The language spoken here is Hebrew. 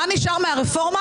מה נשאר מהרפורמה?